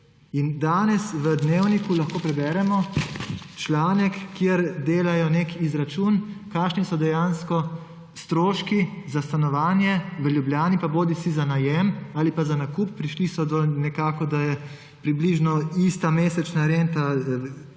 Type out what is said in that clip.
lahko v Dnevniku preberemo članek, kjer delajo izračun, kakšni so dejansko stroški za stanovanje v Ljubljani, pa bodisi za najem bodisi za nakup. Prišli so do tega, da je približno isto mesečna renta